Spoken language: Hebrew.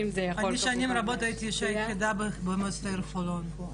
זה יכול --- אני שנים רבות הייתי אישה יחידה במועצת העיר חולון פה,